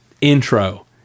intro